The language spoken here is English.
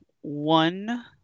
one